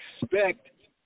expect